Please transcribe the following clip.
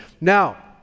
Now